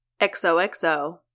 XOXO